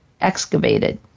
excavated